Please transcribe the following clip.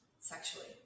Sexually